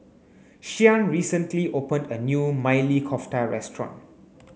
Shyann recently opened a new Maili Kofta restaurant